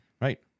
Right